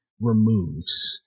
removes